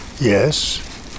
Yes